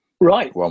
Right